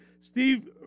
Steve